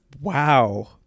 Wow